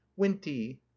winty